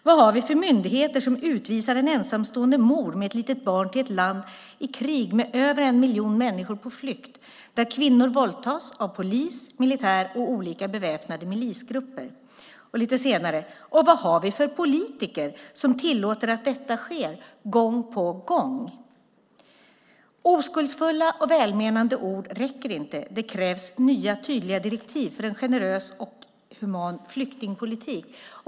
Vad har vi för myndigheter som utvisar en ensamstående mor med ett litet barn till ett land i krig med över en miljon människor på flykt, där kvinnor våldtas av polis, militär och olika beväpnade milisgrupper?" Lite längre ned står det: "Och vad har vi för politiker som tillåter att detta sker? Gång på gång." Oskuldsfulla och välmenande ord räcker inte. Det krävs nya, tydliga direktiv för en generös och human flyktingpolitik.